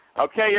Okay